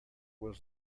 was